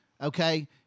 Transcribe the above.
Okay